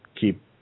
keep